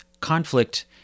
conflict